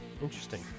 interesting